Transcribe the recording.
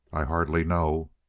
i hardly know.